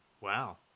wow